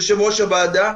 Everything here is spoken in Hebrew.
יושב-ראש הוועדה,